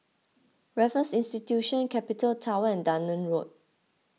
Raffles Institution Capital Tower and Dunearn Road